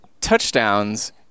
touchdowns